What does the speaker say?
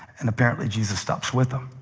and apparently jesus stops with them.